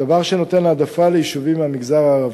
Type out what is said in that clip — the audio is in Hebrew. דבר שנותן העדפה ליישובים מהמגזר הערבי.